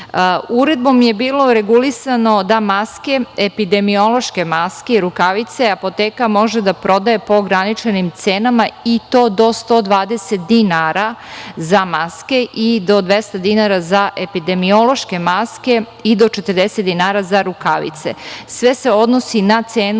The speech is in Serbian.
maske. Uredbom je bilo regulisano da epidemiološke maske i rukavice apoteka može da prodaje po ograničenim cenama i to do 120 dinara za maske i do 200 dinara za epidemiološke maske, i do 40 dinara za rukavice. Sve se odnosi na cenu